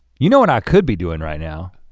you know what i could be doing right now,